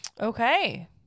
Okay